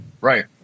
right